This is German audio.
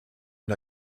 und